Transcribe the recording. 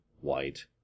white